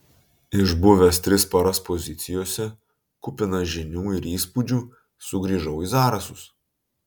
išbuvęs tris paras pozicijose kupinas žinių ir įspūdžių sugrįžau į zarasus